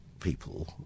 people